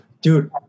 dude